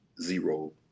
zero